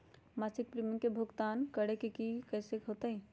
मासिक प्रीमियम के भुगतान करे के हई कैसे होतई?